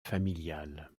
familiale